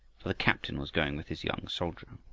for the captain was going with his young soldier.